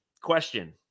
question